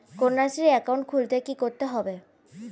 Kanyashree account খুলতে কী করতে হবে?